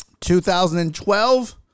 2012